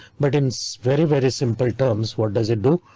but in so very very simple terms. what does it do?